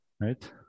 right